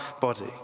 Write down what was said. body